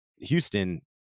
Houston